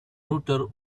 router